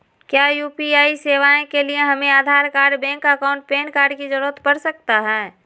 क्या यू.पी.आई सेवाएं के लिए हमें Aadhaar card bank account PAN card की जरूरत पड़ सकता है?